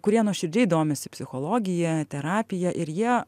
kurie nuoširdžiai domisi psichologija terapija ir jie